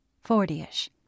forty-ish